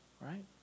right